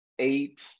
eight